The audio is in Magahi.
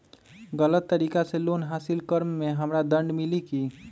गलत तरीका से लोन हासिल कर्म मे हमरा दंड मिली कि?